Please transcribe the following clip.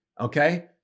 okay